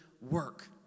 work